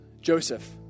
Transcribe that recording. Joseph